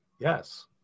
yes